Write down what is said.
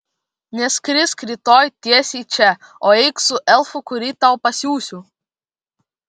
neskrisk rytoj tiesiai čia o eik su elfu kurį tau pasiųsiu